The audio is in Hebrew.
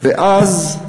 ואז,